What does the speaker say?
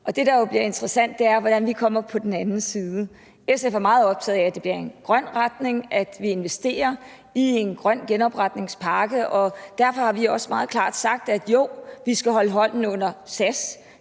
det, der jo bliver interessant, er, hvordan vi kommer på den anden side. SF er meget optaget af, at det bliver en grøn retning, at vi investerer i en grøn genopretningspakke, og derfor har vi også meget klart sagt, at jo, vi skal holde hånden under SAS.